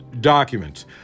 documents